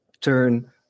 turn